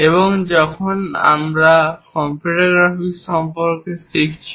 এবং যখন আমরা কম্পিউটার গ্রাফিক্স সম্পর্কে শিখছি